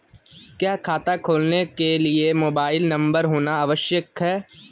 क्या खाता खोलने के लिए मोबाइल नंबर होना आवश्यक है?